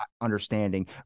understanding